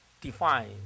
define